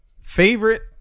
Favorite